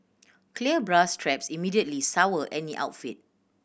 clear bra straps immediately sour any outfit